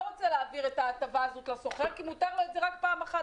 רוצה להעביר את ההטבה הזאת לשוכר כי מותר לו את זה רק פעם אחת,